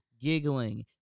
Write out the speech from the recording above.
giggling